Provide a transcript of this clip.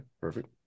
perfect